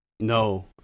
No